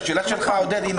השאלה שלך נכונה, עודד.